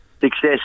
success